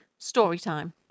Storytime